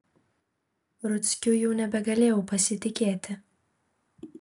ruckiu jau nebegalėjau pasitikėti